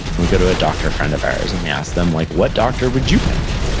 and we go to a doctor friend of ours, and we ask them, like what doctor would you pick?